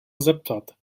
zeptat